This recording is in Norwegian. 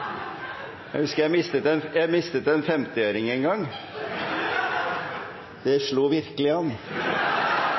Jeg husker jeg mistet en 50-øring en gang – det slo virkelig an!